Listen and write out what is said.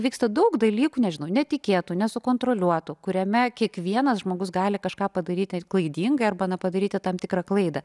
vyksta daug dalykų nežinau netikėtų nesukontroliuotų kuriame kiekvienas žmogus gali kažką padaryti klaidingai arba na padaryti tam tikrą klaidą